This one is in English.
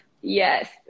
Yes